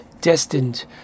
destined